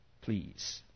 please